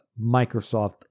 microsoft